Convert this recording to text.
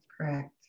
correct